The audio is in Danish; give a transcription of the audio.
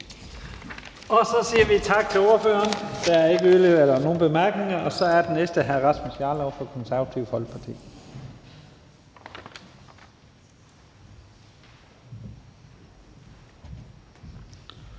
Så siger vi tak til ordføreren. Der er ikke nogen korte bemærkninger, og så er den næste ordfører hr. Rasmus Jarlov fra Det Konservative Folkeparti.